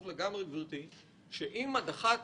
גברתי, שאם הדח"צ